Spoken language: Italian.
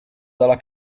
dalla